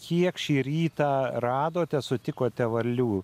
kiek šį rytą radote sutikote varlių